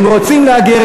הם רוצים להגר.